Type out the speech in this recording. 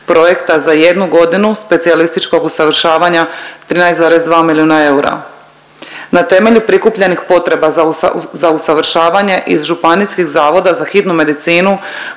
projekta za jednu godinu specijalističkog usavršavanja 13,2 milijuna eura. Na temelju prikupljenih potreba za usavršavanje iz županijskih Zavoda za hitnu medicinu